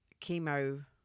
chemo